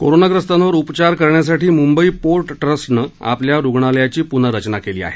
कोरोनाग्रस्तांवर उपचार करण्यासाठी Mumbai port trust नं आपल्या रुग्णालयाची पुनर्रचना केली आहे